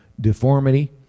deformity